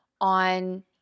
on